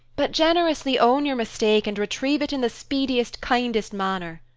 but generously own your mistake and retrieve it in the speediest, kindest manner.